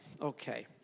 okay